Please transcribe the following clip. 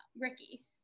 ricky